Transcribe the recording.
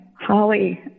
Holly